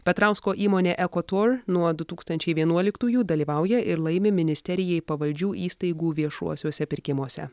petrausko įmonė ecotur nuo du tūkstančiai vienuoliktųjų dalyvauja ir laimi ministerijai pavaldžių įstaigų viešuosiuose pirkimuose